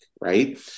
right